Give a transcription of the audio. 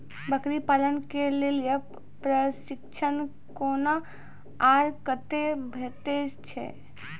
बकरी पालन के लेल प्रशिक्षण कूना आर कते भेटैत छै?